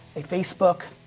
a facebook.